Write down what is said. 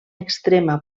extrema